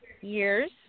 years